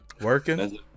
working